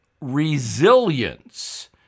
resilience